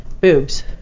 boobs